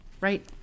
Right